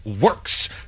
works